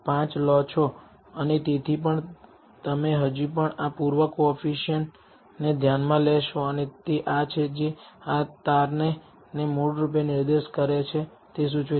05 લો છો અને તેથી પણ તમે હજી પણ આ પૂર્વ આ કોએફીસીએંટને ધ્યાનમાં લેશો અને તે આ છે જે આ તારાને મૂળ રૂપે નિર્દેશ કરે છે તે સૂચવે છે